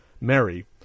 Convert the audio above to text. Mary